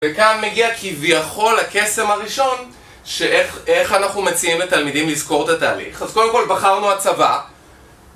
וכאן מגיע כביכול הקסם הראשון שאיך אנחנו מציעים לתלמידים לזכור את התהליך אז קודם כל בחרנו הצבה